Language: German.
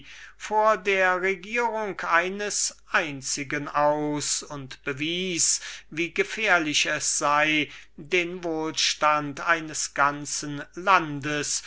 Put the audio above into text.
vor der regierung eines einzigen aus und bewies wie gefährlich es sei den wohlstand eines ganzen landes